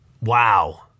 Wow